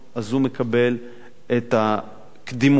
הוא מקבל את הקדימות